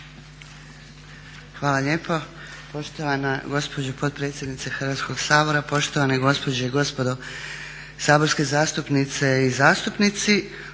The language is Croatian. Hvala lijepo. Poštovana gospođo potpredsjednice Hrvatskog sabora, poštovane gospođe i gospodo saborski zastupnice i zastupnici.